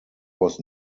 was